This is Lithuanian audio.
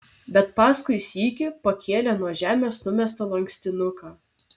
bet paskui sykį pakėlė nuo žemės numestą lankstinuką